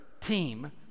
team